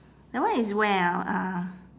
that one is where ah uh